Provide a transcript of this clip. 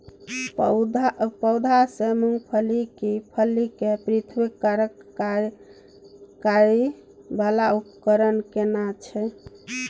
पौधों से मूंगफली की फलियां के पृथक्करण करय वाला उपकरण केना छै?